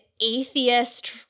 atheist